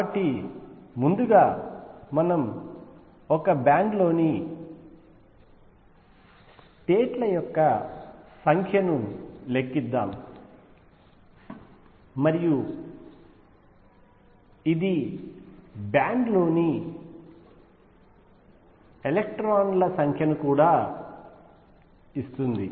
కాబట్టి ముందుగా మనం ఒక బ్యాండ్ లోని స్టేట్ ల సంఖ్యను లెక్కిద్దాం మరియు ఇది బ్యాండ్ లోని ఎలక్ట్రాన్ ల సంఖ్యను కూడా ఇస్తుంది